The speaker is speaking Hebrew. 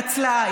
היא התנצלה.